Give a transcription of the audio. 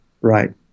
Right